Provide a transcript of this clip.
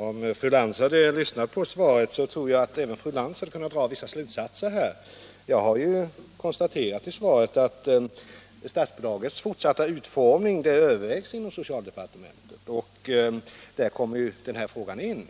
Herr talman! Om fru Lantz hade lyssnat på svaret, så tror jag att fru Lantz hade kunnat dra vissa slutsatser. Jag har konstaterat i svaret att statsbidragets fortsatta utformning övervägs inom socialdepartementet. Därvid kommer ju den här frågan in.